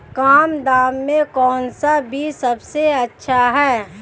कम दाम में कौन सा बीज सबसे अच्छा है?